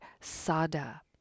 Sada